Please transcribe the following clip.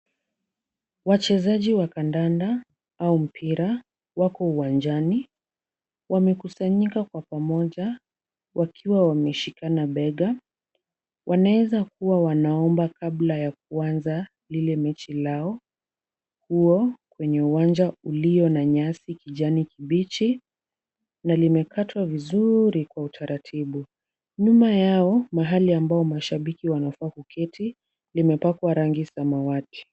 Wachezaji wa kandanda au mpira wako uwanjani wamekusanyika kwa pamoja wakiwa wameshikana bega. Wanaeza kuwa wanaomba kabla ya kuanza lile mechi lao huo kwenye uwanja ulio na nyasi kijani kibichi na umekatwa vizuri kwa taratibu. Nyuma yao mahali ambao mashabiki wanafaa kuketi limepakwa rangi samawati.